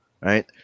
right